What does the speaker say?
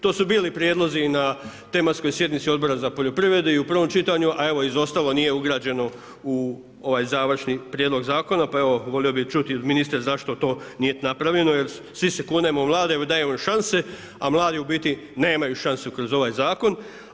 To su bili prijedlozi i na tematskoj sjednici Odbora za poljoprivredu i u prvom čitanju, a evo izostalo nije ugrađeno u ovaj završni prijedlog zakona, pa evo volio bih čuti od ministra zašto to nije napravljeno jer svi se kunemo u mlade, dajmo im šanse, a mladi u biti nemaju šanse kroz ovaj zakon.